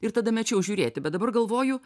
ir tada mečiau žiūrėti bet dabar galvoju